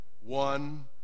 One